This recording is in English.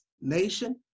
nation